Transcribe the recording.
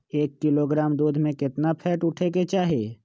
एक किलोग्राम दूध में केतना फैट उठे के चाही?